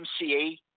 MCA